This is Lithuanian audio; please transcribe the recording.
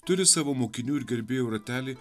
turi savo mokinių ir gerbėjų ratelį